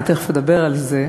אני תכף אדבר על זה.